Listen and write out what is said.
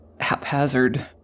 haphazard